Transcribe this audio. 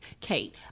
Kate